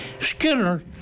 Skinner